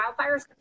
wildfires